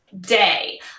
day